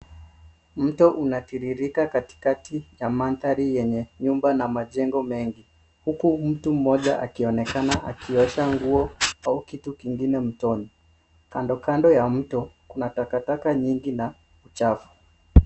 Mto unatiririka katikati ya mandhari yenye nyumba na majengo mengi huku mtu mmoja akionekana akiosha nguo au kitu kingine mtoni. Kando kando ya mto kuna takataka nyingi na uchafu.